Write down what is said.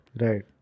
right